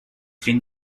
fin